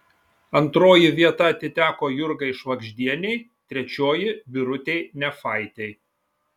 antroji vieta atiteko jurgai švagždienei trečioji birutei nefaitei